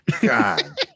God